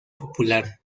popular